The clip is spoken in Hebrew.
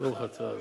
תלוי איפה,